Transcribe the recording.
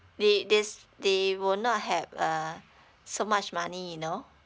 they this they will not have uh so much money you know